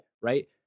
right